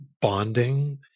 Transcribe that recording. bonding